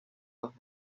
los